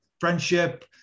friendship